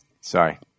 Sorry